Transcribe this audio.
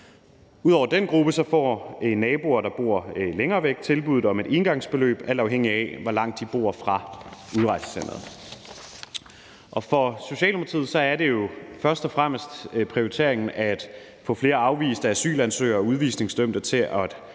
Ud over den gruppe får naboer, der bor længere væk, tilbud om et engangsbeløb, alt afhængigt af hvor langt de bor fra udrejsecenteret. For Socialdemokratiet er det jo først og fremmest en prioritet at få flere afviste asylansøgere og udvisningsdømte til at